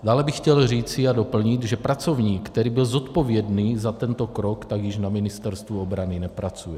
Dále bych chtěl říci a doplnit, že pracovník, který byl zodpovědný za tento krok, již na Ministerstvu obrany nepracuje.